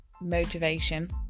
motivation